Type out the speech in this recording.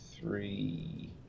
three